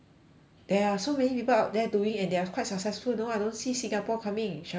there are so many people out there doing and they are quite successful you know I don't see singapore coming shall we start [one]